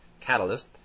catalyst